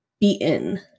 beaten